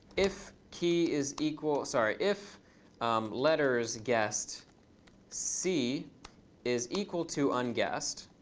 if key is equal sorry. if lettersguessed c is equal to unguessed,